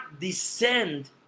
descend